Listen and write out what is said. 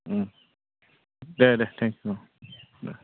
उम दे दे थेंक इउ दे